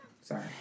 Sorry